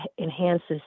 enhances